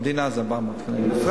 במדינה זה 400 תקנים.